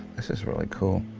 this is really cool.